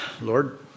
Lord